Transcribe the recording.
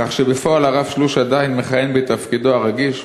כך שבפועל הרב שלוש עדיין מכהן בתפקידו הרגיש.